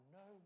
no